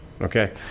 Okay